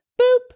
boop